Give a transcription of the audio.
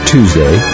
Tuesday